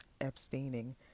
abstaining